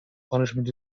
punishment